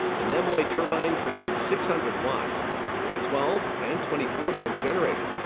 the nemoi turbine produces six hundred watts with a twelve and twenty four volt generator.